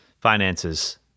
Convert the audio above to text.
finances